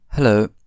Hello